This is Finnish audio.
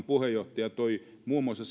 puheenjohtaja toi muun muassa